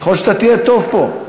יכול להיות שאתה תהיה טוב פה.